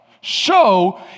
Show